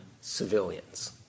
civilians